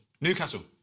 Newcastle